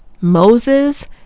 Moses